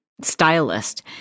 stylist